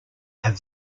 have